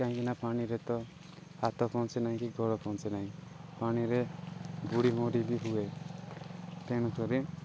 କାହିଁକିନା ପାଣିରେ ତ ହାତ ପହଞ୍ଚେ ନାଇଁ କି ଗୋଡ଼ ପହଞ୍ଚେ ନାଇଁ ପାଣିରେ ବୁଡ଼ି ମରି ବି ହୁଏ ତେଣୁକରି